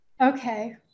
okay